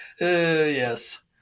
Yes